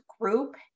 group